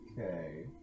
Okay